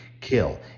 kill